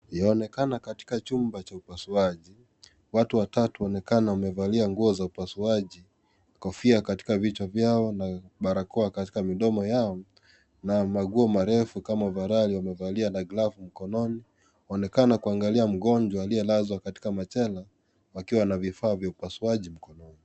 Yaonekana katika chumba cha upasuaji watu watatu waonekana wamevalia nguo za upasuaji, kofia katika vichwa vyao na barakoa katika midomo yao na manguo marefu kama, ovarali wamevalia na glavu mkononi. Waonekana kuangalia mgonjwa aliyelazwa katika machela wakiwa na vifaa vya upasuaji mkononi.